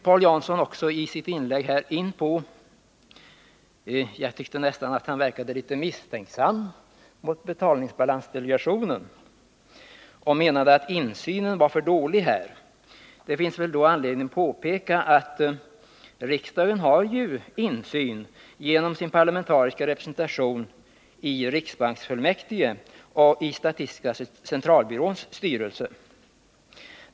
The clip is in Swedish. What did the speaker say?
Paul Jansson verkade nästan litet misstänksam mot betalningsbalansdelegationen. Han menade att insynen var för dålig. Det finns väl då anledning att påpeka att riksdagen genom sin parlamentariska representation har insyn i riksbanksfullmäktige och i statistiska centralbyråns styrelse.